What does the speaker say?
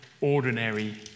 ordinary